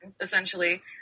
essentially